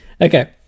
Okay